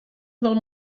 del